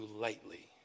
lightly